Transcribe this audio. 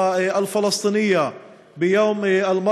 להלן